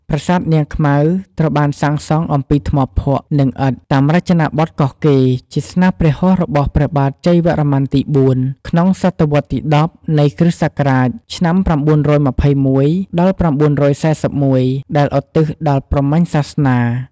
ប្រាសាទនាងខ្មៅត្រូវបានសាងសង់អំពីថ្មភក់ និងឥដ្ឋ តាមរចនាបទកោះកេ ជាស្នាព្រះហស្តរបស់ព្រះបាទជ័យវរ្ម័នទី ៤ ក្នុងសតវត្សរ៍ទី ១០ នៃគ្រិស្តសករាជ ឆ្នាំ ៩២១ ដល់ ៩៤១ ដែលឧទ្ទិសដល់ព្រហ្មញសាសនា ។